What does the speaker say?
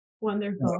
Wonderful